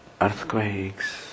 earthquakes